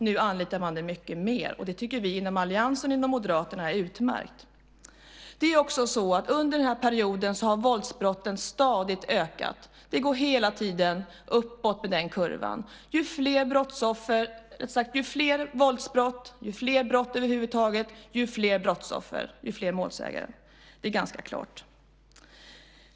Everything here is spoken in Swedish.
Nu anlitar man sådana mycket mer, och det tycker vi inom alliansen och inom Moderaterna är utmärkt. Under den här perioden har också antalet våldsbrott stadigt ökat. Den kurvan går hela tiden uppåt. Ju fler våldsbrott och ju fler brott över huvud taget, desto fler brottsoffer och desto fler målsägare. Det är ganska klart.